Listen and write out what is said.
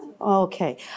Okay